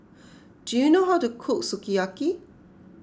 do you know how to cook Sukiyaki